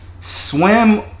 swim